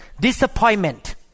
disappointment